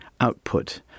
output